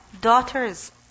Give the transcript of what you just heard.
daughters